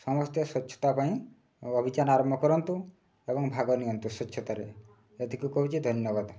ସମସ୍ତେ ସ୍ୱଚ୍ଛତା ପାଇଁ ଅଭିଯାନ ଆରମ୍ଭ କରନ୍ତୁ ଏବଂ ଭାଗ ନିଅନ୍ତୁ ସ୍ୱଚ୍ଛତାରେ ଏତିକି କହୁଛି ଧନ୍ୟବାଦ